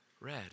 red